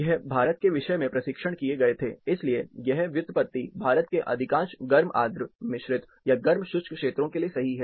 यह भारत के विषय में परीक्षण किए गए थे इसलिए यह व्युत्पत्ति भारत के अधिकांश गर्म आर्द्र मिश्रित या गर्म शुष्क क्षेत्रों के लिए सही है